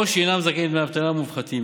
או שהינם זכאים לדמי אבטלה מופחתים.